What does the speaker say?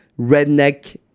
redneck